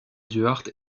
duarte